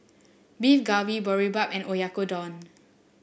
Beef Galbi Boribap and Oyakodon